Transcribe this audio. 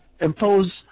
impose